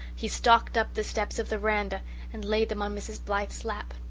he stalked up the steps of the veranda and laid them on mrs. blythe's lap.